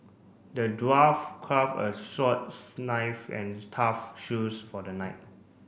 the dwarf craft a knife and a tough shoes for the knight